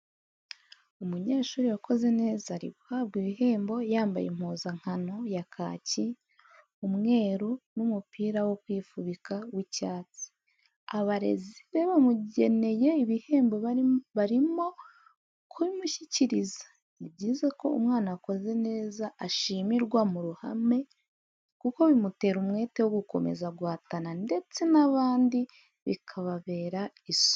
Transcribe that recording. Umunyeshuri wakoze neza ari guhabwa ibihembo yambaye impuzankano ya kaki, umweru n'umupira wo kwifubika w'icyatsi, abarezi be bamugeneye ibihembo barimo kubimushyikiriza, ni byiza ko umwana wakoze neza ashimirwa mu ruhame kuko bimutera umwete wo gukomeza guhatana ndetse n'abandi bikababera isomo.